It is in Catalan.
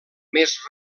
més